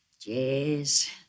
Yes